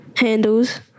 handles